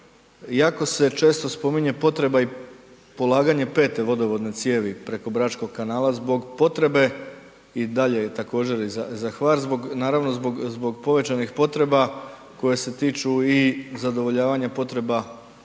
jako se često spominje potreba i polaganje pete vodovodne cijevi preko Bračkog kanala zbog potrebe i dalje je također i za Hvar naravno zbog povećanih potreba koje se tiču i zadovoljavanja potreba